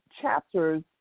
chapters